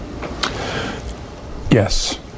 yes